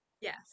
Yes